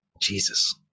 Jesus